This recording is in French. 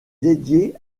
dédié